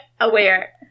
aware